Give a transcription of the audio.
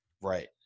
Right